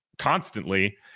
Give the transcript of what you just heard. constantly